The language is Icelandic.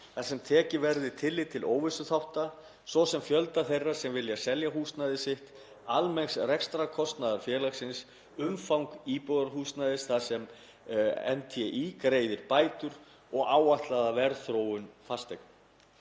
þar sem tekið verði tillit til óvissuþátta, svo sem fjölda þeirra sem vilja selja húsnæði sitt, almenns rekstrarkostnaðar félagsins, umfangs íbúðarhúsnæðis þar sem NTÍ greiðir bætur og áætlaðrar verðþróunar fasteigna.